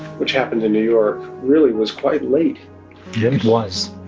which happened in new york, really was quite late yes it was